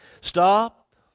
Stop